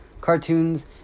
cartoons